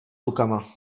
rukama